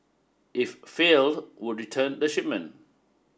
if failed would return the shipment